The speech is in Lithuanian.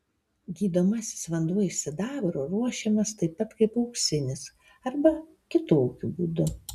gydomasis vanduo iš sidabro ruošiamas taip pat kaip auksinis arba kitokiu būdu